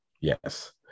yes